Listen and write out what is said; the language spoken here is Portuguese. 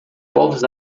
povos